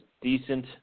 decent